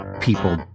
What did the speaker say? people